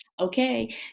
Okay